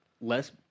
Less